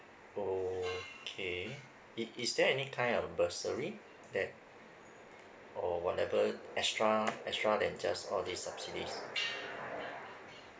okay is is there any kind of bursary that or whatever extra extra than just all these subsidies